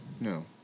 No